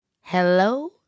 Hello